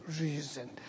reason